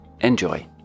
Enjoy